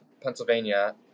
Pennsylvania